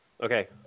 Okay